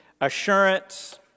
assurance